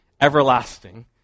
everlasting